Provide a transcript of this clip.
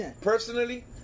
Personally